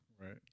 right